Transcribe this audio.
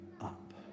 up